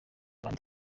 bantu